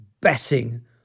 betting